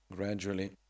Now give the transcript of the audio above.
Gradually